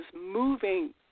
moving